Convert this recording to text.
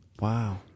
Wow